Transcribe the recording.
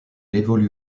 évolue